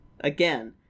again